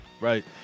right